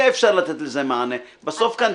יהיה אפשר לתת לזה מענה בסוף כאן